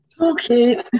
Okay